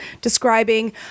describing